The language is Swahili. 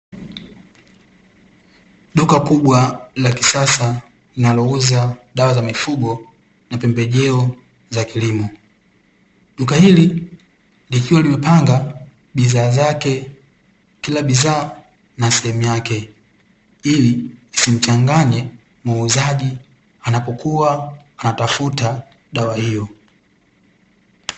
Duka kubwa la kisasa linalouza dawa za mifugo na pembejeo za kilimo, duka hili likiwa limepanga bidhaa zake kila bidhaa na sehemu yake ili isimchanganye muuzaji anapokua anatafuta dawa hiyo.